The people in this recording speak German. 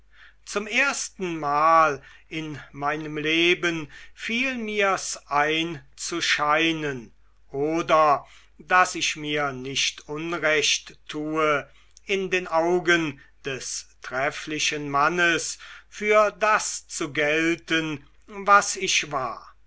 zum erstenmal in meinem leben fiel mir's ein zu scheinen oder daß ich mir nicht unrecht tue in den augen des trefflichen mannes für das zu gelten was ich war